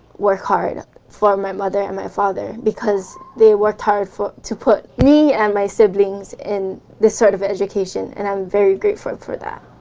work hard for my mother and my father because they worked hard for to put me and my siblings in this sort of education, and i'm very grateful for that.